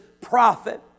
prophet